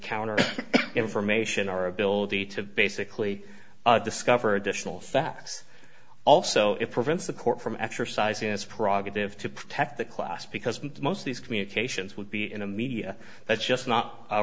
counter information our ability to basically discover additional facts also it prevents the court from exercising its profit they have to protect the class because most of these communications would be in a media that's just not